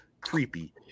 creepy